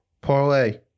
Parlay